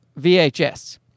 VHS